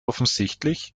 offensichtlich